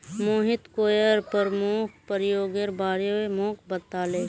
Mohit coir प्रमुख प्रयोगेर बारे मोक बताले